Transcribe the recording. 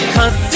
Cause